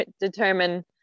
determine